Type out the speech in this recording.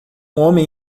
homem